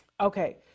okay